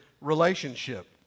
relationship